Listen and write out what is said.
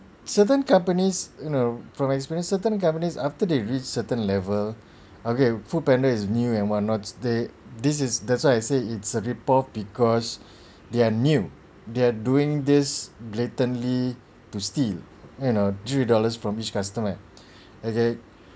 certain companies you know from experience certain companies after they reach certain level okay foodpanda is new and what not the this is that's why I say it's a rip off because they're new they're doing this blatantly to steal you know three dollars from each customer okay